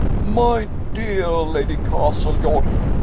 my dear lady cas tlejordan,